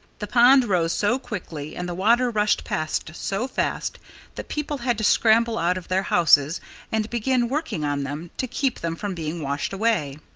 the pond rose so quickly and the water rushed past so fast that people had to scramble out of their houses and begin working on them, to keep them from being washed away.